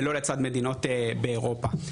ולא לצד מדינות באירופה.